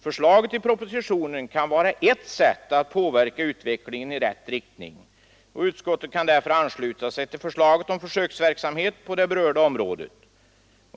Förslaget i propositionen kan vara ett sätt att påverka utvecklingen i rätt riktning. Utskottet kan därför ansluta sig till förslaget om försöksverksamhet på det berörda området.